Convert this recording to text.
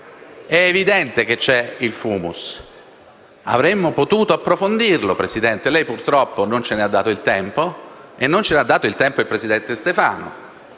è evidente che il *fumus* c'è. Avremmo potuto approfondirlo ma, signor Presidente, lei purtroppo non ce ne ha dato il tempo, come non ce ne ha dato il tempo il presidente Stefano.